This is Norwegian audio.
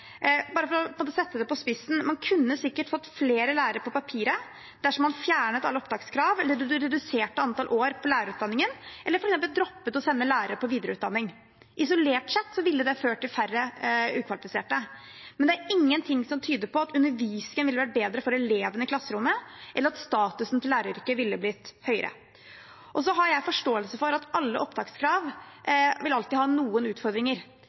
Bare for å sette det på spissen: Man kunne sikkert fått flere lærere på papiret dersom man fjernet alle opptakskrav, reduserte antall år på lærerutdanningen, eller f.eks. droppet å sende lærere på videreutdanning. Isolert sett ville det ført til færre ukvalifiserte, men det er ingenting som tyder på at undervisningen ville vært bedre for elevene i klasserommet, eller at statusen til læreryrket ville blitt høyere. Og så har jeg forståelse for at opptakskrav alltid vil ha noen utfordringer.